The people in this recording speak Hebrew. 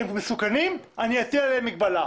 הם מסוכנים, אני אטיל עליהם מגבלה.